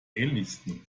ähnlichsten